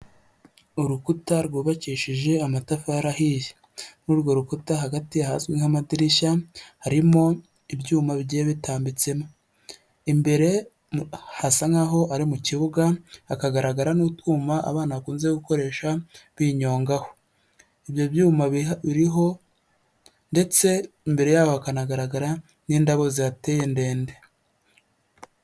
Urukuta rwubakishije amatafiri arihiye, muri urwo rukuta hagati hazwi nk'amadirishya harimo ibyuma bigiye bitambitsemo, imbere hasa nk'aho ari mu kibuga, hakagaragara n'utwuma abana bakunze gukoresha binyongaho, ibyo byuma biho biriho, ndetse imbere yaho hakanagaragara n'indabo zihateye ndende.